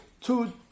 two